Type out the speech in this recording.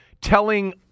telling